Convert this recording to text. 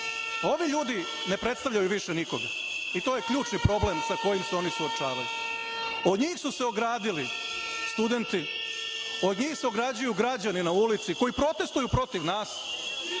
Ovi ljudi ne predstavljaju više nikoga i to je ključni problem sa kojim se oni suočavaju. Od njih su se ogradili studenti, od njih se ograđuju građani na ulici koji protestuju protiv nas,